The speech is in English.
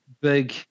big